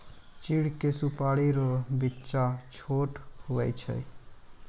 चीड़ के सुपाड़ी रो बिच्चा छोट हुवै छै